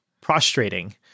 prostrating